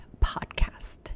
podcast